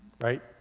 right